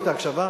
תודה על ההקשבה.